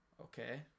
okay